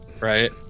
Right